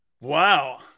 Wow